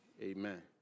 amen